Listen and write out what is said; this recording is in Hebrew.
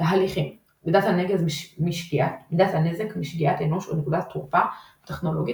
תהליכים – מידת הנזק משגיאת אנוש או נקודת תורפה טכנולוגית